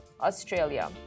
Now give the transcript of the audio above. Australia